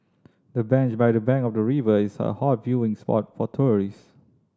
the bench by the bank of the river is a hot viewing spot for tourist